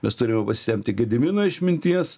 mes turime pasisemti gedimino išminties